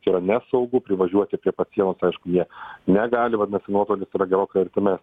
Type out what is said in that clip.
čia yra nesaugu privažiuoti prie pat sienos aišku jie negali vadinasi nuotolis yra gerokai artimes